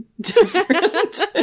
different